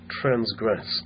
transgressed